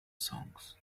songs